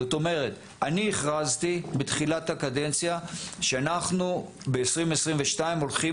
הכרזתי בתחילת הקדנציה שאנחנו ב-2022 הולכים